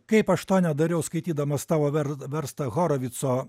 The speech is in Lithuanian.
kaip aš to nedariau skaitydamas tavo vers verstą horovitzo